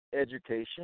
education